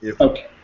Okay